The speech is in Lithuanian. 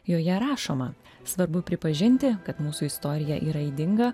joje rašoma svarbu pripažinti kad mūsų istorija yra ydinga